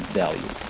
value